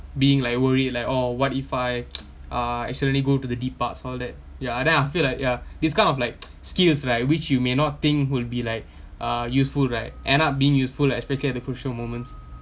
being like worried like oh what if I uh actually go to the deep parts all that ya and then I feel like ya it's kind of like skills like which you may not think would be like uh useful right end up being useful especially at the crucial moments